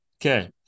Okay